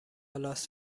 لاس